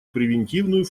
превентивную